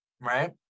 right